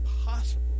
impossible